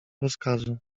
rozkazu